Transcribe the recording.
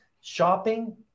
shopping